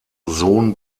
sohn